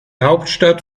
hauptstadt